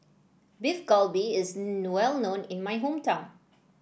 Beef Galbi is well known in my hometown